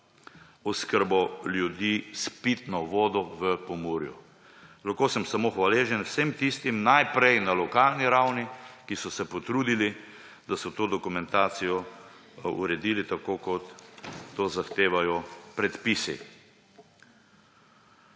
oskrbo ljudi s pitno vodo v Pomurju. Lahko sem samo hvaležen vsem tistim, najprej na lokalni ravni, ki so se potrudili, da so to dokumentacijo uredili tako, kot to zahtevajo predpisi.